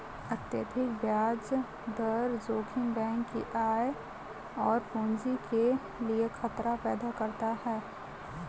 अत्यधिक ब्याज दर जोखिम बैंक की आय और पूंजी के लिए खतरा पैदा करता है